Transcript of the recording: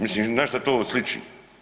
Mislim na šta to sliči?